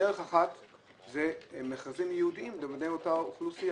דרך אחת היא מכרזים ייעודיים לאותה אוכלוסייה.